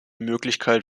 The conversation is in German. möglichkeit